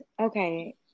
Okay